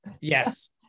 yes